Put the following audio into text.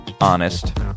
honest